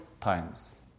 times